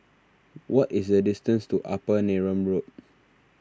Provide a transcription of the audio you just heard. what is the distance to Upper Neram Road